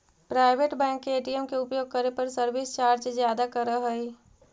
private bank के ATM के उपयोग करे पर सर्विस चार्ज ज्यादा करऽ हइ